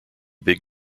big